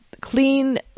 clean